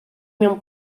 mewn